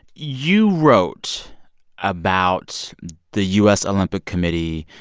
you wrote about the u s. olympic committee,